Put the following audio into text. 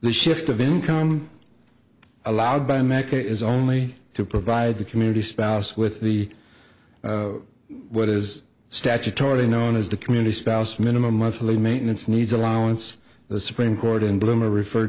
the shift of income allowed by america is only to provide the community spouse with the what is statutory known as the community spouse minimum monthly maintenance needs allowance the supreme court in bloom are referred